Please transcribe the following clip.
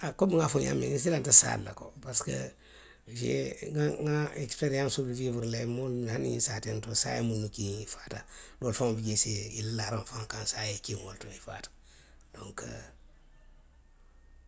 Haa komiŋ nŋa a fo ňaamiŋ nsilanta saa la le ko parisiko niŋ i ye, nŋa ekisiperiyansoo wiiwuru le. Moo naani ňiŋ saatee to saa ye minnu kiŋ i faata; doolu faŋo bi jee i la laaraŋo faŋo kaŋ saa ye i kiŋ wo le to i faata. Donku,ň ŋ.